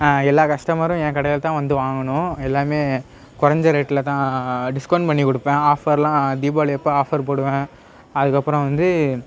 எல்லா கஸ்டமரும் என் கடையில் தான் வந்து வாங்கணும் எல்லாமே குறஞ்ச ரேட்ல தான் டிஸ்கவுண்ட் பண்ணி கொடுப்பேன் ஆஃபர் எல்லாம் தீபாவளியப்போ ஆஃபர் போடுவேன் அதுக்கப்புறம் வந்து